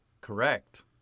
Correct